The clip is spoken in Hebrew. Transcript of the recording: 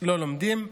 לא לומדים.